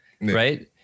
right